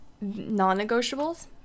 non-negotiables